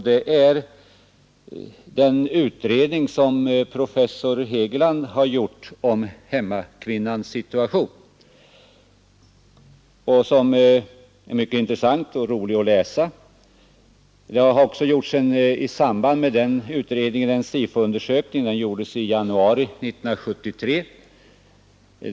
Det gäller den utredning som professor Hegeland gjort om hemmakvinnans situation. Den är mycket intressant och lärorik att läsa. I samband med denna utredning har man gjort en SIFO-undersökning i januari 1973.